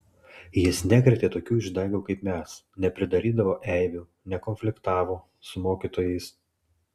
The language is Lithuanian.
jis nekrėtė tokių išdaigų kaip mes nepridarydavo eibių nekonfliktavo su mokytojais